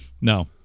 No